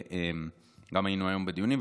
וגם היינו היום בדיונים,